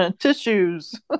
Tissues